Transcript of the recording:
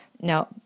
Now